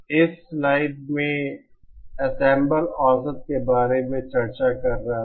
इस स्लाइड में मैं एंसेंबल औसत के बारे में चर्चा कर रहा था